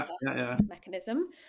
mechanism